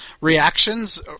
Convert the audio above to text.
reactions